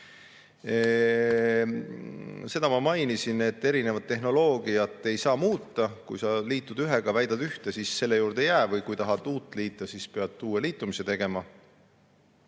Seda ma mainisin, et tehnoloogiat muuta ei saa. Kui sa liitud ühega, väidad ühte, siis selle juurde jää või kui tahad uut liita, siis pead uue liitumise tegema.